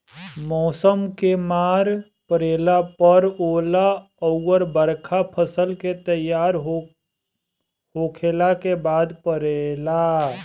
मौसम के मार पड़ला पर ओला अउर बरखा फसल के तैयार होखला के बाद पड़ेला